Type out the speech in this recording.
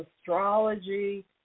astrology